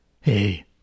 hey